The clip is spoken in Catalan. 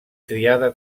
triada